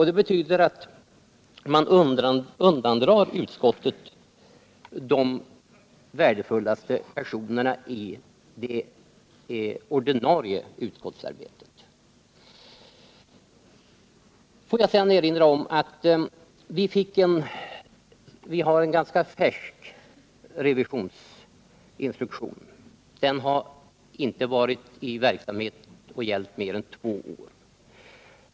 Det betyder att man undandrar utskottet de värdefullaste personerna när det gäller det ordinarie utskottsarbetet. Får jag sedan erinra om att vi har en ganska färsk revisionsinstruktion. Den har inte varit i kraft i mer än två år.